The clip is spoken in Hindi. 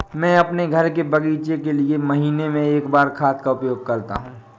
मैं अपने घर के बगीचे के लिए महीने में एक बार खाद का उपयोग करता हूँ